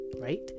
right